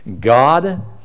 God